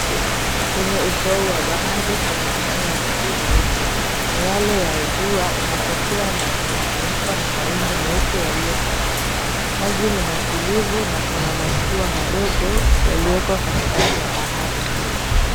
Kwenye ufuo wa bahari kuna mchanga mwingi mweupe. Miale ya jua inapotea na inafunikwa na mawingu meupe yaliyo angani. Maji ni matulivu na kuna mashua madogo yaliyoko katikati ya bahari hili.